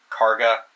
Karga